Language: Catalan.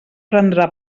prendrà